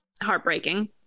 heartbreaking